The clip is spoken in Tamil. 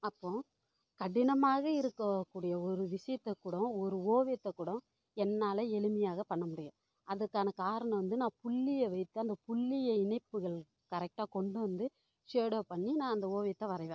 அப்போது கடினமாக இருக்கக்கூடிய ஒரு விஷயத்த கூடோ ஒரு ஓவியத்தைக் கூடோ என்னால் எளிமையாக பண்ண முடியும் அதற்கான காரணம் வந்து நான் புள்ளியை வைத்து அந்த புள்ளியை இணைப்புகள் கரெக்டாக கொண்டு வந்து ஷேடோ பண்ணி நான் அந்த ஓவியத்தை வரைவேன்